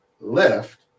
left